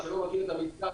מי שלא מכיר את המתקן,